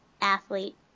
athlete